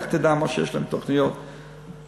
לך תדע מה התוכניות שיש להם.